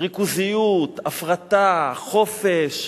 ריכוזיות, הפרטה, חופש.